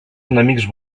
enemics